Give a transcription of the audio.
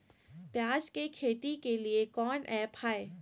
प्याज के खेती के लिए कौन ऐप हाय?